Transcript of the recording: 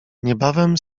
niebawem